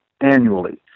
annually